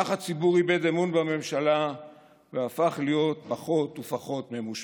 כך הציבור איבד אמון בממשלה והפך להיות פחות ופחות ממושמע.